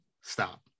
Stop